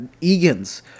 Egan's